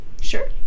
sure